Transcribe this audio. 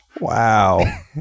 Wow